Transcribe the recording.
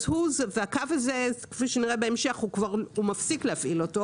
והקו הזה כפי שנראה בהמשך, הוא מפסיק להפעיל אותו